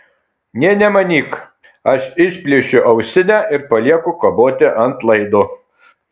nė nemanyk aš išplėšiu ausinę ir palieku kaboti ant laido